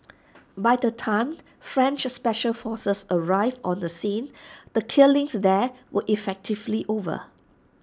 by the time French special forces arrived on the scene the killings there were effectively over